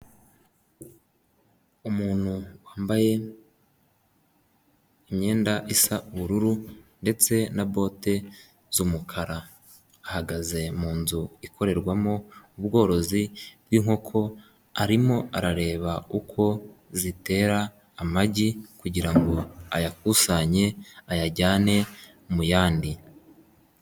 Umuntu wambaye imyenda isa ubururu ndetse na bote zumukara ,ahagaze mu nzu ikorerwamo ubworozi bwinkoko, arimo arareba uko zitera amagi kugirango ayakusanye ayajyane muyandi.